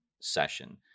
session